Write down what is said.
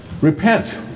Repent